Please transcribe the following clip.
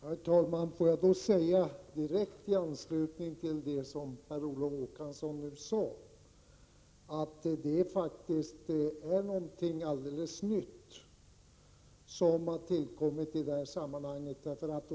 Herr talman! Får jag säga direkt i anslutning till vad Per Olof Håkansson sade att det faktiskt är någonting alldeles nytt som nu föreslås.